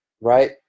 right